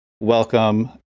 welcome